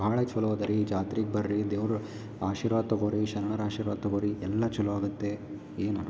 ಭಾಳ ಚಲೋ ಅದರಿ ಈ ಜಾತ್ರಿಗೆ ಬರ್ರಿ ದೇವರು ಆಶೀರ್ವಾದ ತಗೋರಿ ಶರಣರ ಆಶೀರ್ವಾದ ತಗೋರಿ ಎಲ್ಲಾ ಚಲೋ ಆಗುತ್ತೆ ಏನು ಆಗಲ್ಲ